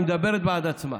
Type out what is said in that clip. ומדברת בעד עצמה.